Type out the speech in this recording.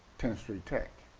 tenth street tech,